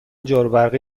جاروبرقی